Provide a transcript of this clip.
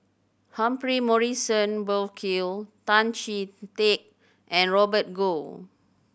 Humphrey Morrison Burkill Tan Chee Teck and Robert Goh